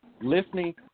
listening